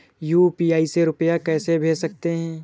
UPI से रुपया कैसे भेज सकते हैं?